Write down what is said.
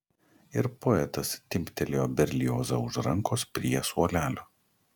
ir poetas timptelėjo berliozą už rankos prie suolelio